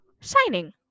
signing